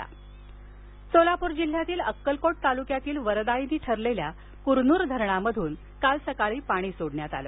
पाणी सोडले सोलापुर जिल्ह्यातील अक्कलकोट तालुक्यासाठी वरदायिनी ठरलेल्या कुरनूर धरणातून काल सकाळी पाणी सोडण्यात आले